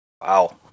Wow